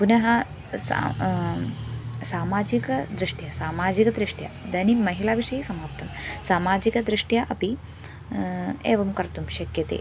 पुनःसा सामाजिकदृष्ट्या सामाजिकदृष्ट्या इदानीं महिलाविषये समाप्तं सामाजिकदृष्ट्या अपि एवं कर्तुं शक्यते